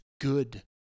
good